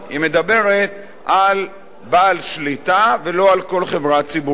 היא מדברת על בעל שליטה ולא על כל חברה ציבורית.